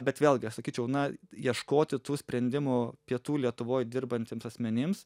bet vėlgi aš sakyčiau na ieškoti tų sprendimų pietų lietuvoj dirbantiems asmenims